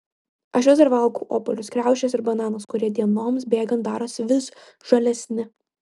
aš vis dar valgau obuolius kriaušes ir bananus kurie dienoms bėgant darosi vis žalesni